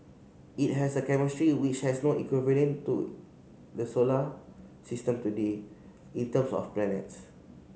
it has a chemistry which has no equivalent to the solar system today in terms of planets